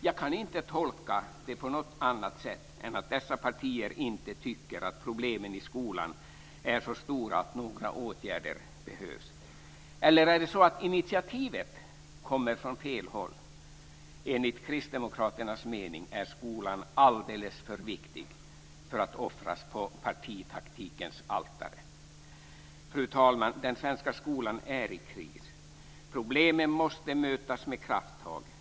Jag kan inte tolka det på något annat sätt än att dessa partier inte tycker att problemen i skolan är så stora att några åtgärder behövs. Eller är det så att initiativet kommer från fel håll? Enligt kristdemokraternas mening är skolan alldeles för viktig för att offras på partitaktikens altare. Fru talman! Den svenska skolan är i kris. Problemen måste mötas med krafttag.